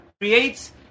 creates